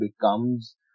becomes